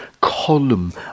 column